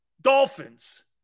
Dolphins